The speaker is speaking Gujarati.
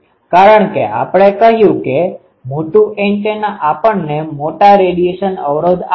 કારણ કે આપણે કહ્યું હતું કે મોટું એન્ટેના આપણને મોટા રેડિયેશન અવરોધ આપશે